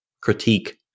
critique